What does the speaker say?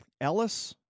Ellis